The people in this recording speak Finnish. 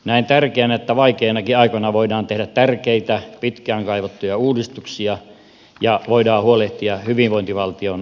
näen tärkeänä että vaikeinakin aikoina voidaan tehdä tärkeitä pitkään kaivattuja uudistuksia ja voidaan huolehtia hyvinvointivaltion kestävästä kehittämisestä